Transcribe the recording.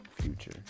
future